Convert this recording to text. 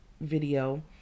video